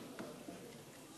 כן כן,